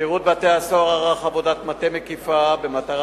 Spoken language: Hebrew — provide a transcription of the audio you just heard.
שירות בתי-הסוהר ערך עבודת מטה מקיפה במטרה